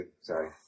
sorry